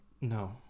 no